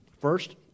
First